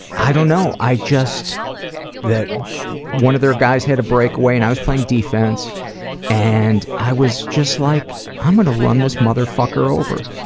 i don't know, i just one of their guys had a breakaway and i was playing defense and i was just like, i'm gonna run this motherfucker over.